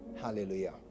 Hallelujah